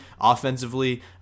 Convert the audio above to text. offensively